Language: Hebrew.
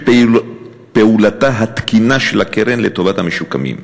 פעולתה התקינה של הקרן לטובת המשוקמים.